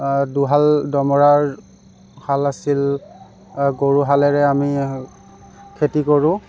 দুহাল দমৰাৰ হাল আছিল গৰুহালেৰে আমি খেতি কৰো